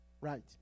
Right